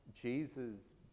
Jesus